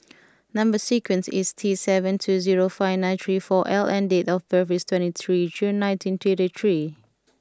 number sequence is T seven two zero five nine three four L and date of birth is twenty three June nineteen thirty three